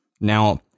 Now